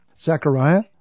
Zechariah